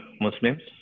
Muslims